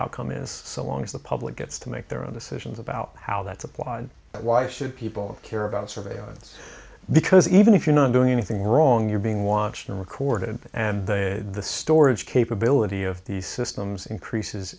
outcome is so long as the public gets to make their own decisions about how that's applied why should people care about surveillance because even if you're not doing anything wrong you're being watched and recorded and the storage capability of these systems increases